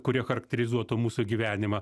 kurie charakterizuotų mūsų gyvenimą